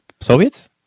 Soviets